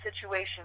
situation